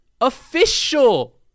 official